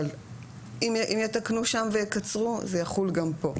אבל אם יתקנו שם ויקצרו, זה יחול גם כאן.